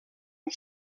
amb